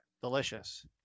Delicious